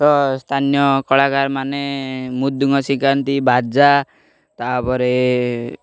ତ ସ୍ଥାନୀୟ କଳାକାରମାନେ ମୃଦୁଙ୍ଗ ଶିଖାନ୍ତି ବାଜା ତାପରେ